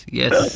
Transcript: yes